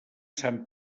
sant